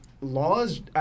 laws